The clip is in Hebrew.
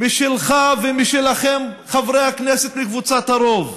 משלך ומשלכם, חברי הכנסת מקבוצת הרוב.